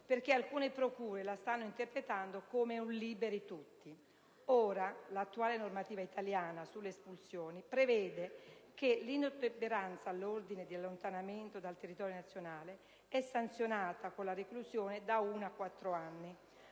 perché alcune procure la stanno interpretando come un «liberi tutti». Ora, l'attuale normativa italiana sulle espulsioni prevede che l'inottemperanza all'ordine di allontanamento dal territorio nazionale è sanzionata con la reclusione da uno a